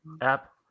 app